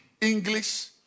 English